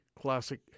classic